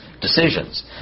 decisions